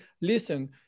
listen